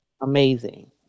amazing